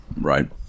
right